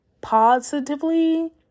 positively